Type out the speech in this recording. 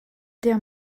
der